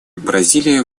бразилия